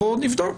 בואו נבדוק.